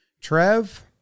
Trev